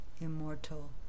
Immortal